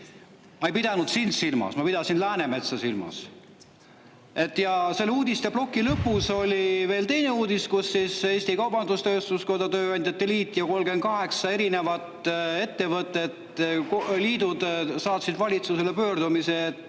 Ma ei pidanud sind silmas, ma pidasin Läänemetsa silmas. Ja selle uudisteploki lõpus oli veel teine uudis, kus siis Eesti Kaubandus-Tööstuskoda, tööandjate liit ja 38 erinevat ettevõtet, liidud saatsid valitsusele pöördumise, et